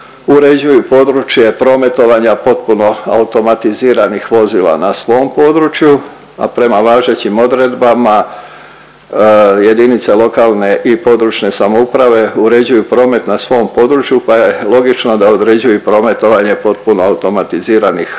uređuju područje prometovanja potpuno automatiziranih vozila na svom području, a prema važećim odredbama jedinice lokalne i područne samouprave, uređuju promet na svom području pa je logično da određuju i prometovanje potpuno automatiziranih